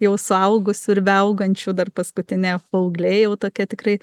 jau suaugusių ir beaugančių dar paskutinė paauglė jau tokia tikrai